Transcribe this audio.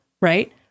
right